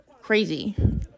Crazy